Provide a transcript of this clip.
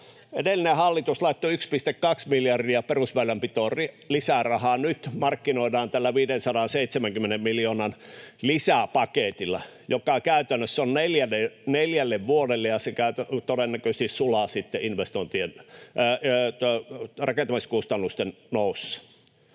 Edellinen hallitus laittoi perusväylänpitoon 1,2 miljardia lisää rahaa. Nyt sitä markkinoidaan tällä 570 miljoonan lisäpaketilla, joka käytännössä on neljälle vuodelle, ja se todennäköisesti sulaa sitten rakentamiskustannusten nousussa.